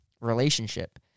relationship